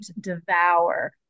devour